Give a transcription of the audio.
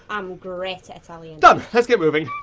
i'm great at italian. done. let's get moving.